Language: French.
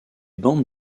bandes